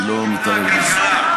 אני לא מתערב בזה.